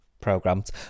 programs